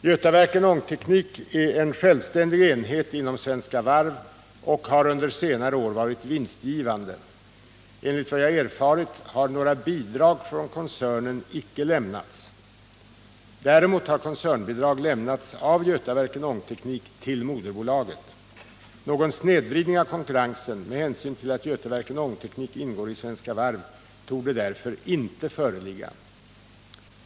Götaverken Ångteknik är en självständig enhet inom Svenska Varv och har under senare år varit vinstgivande. Enligt vad jag erfarit har något bidrag från koncernen inte lämnats. Däremot har koncernbidrag lämnats av Götaverken Ångteknik till moderbolaget. Någon snedvridning av konkurrensen med hänsyn till att Götaverken Ångteknik ingår i Svenska Varv torde därför inte föreligga.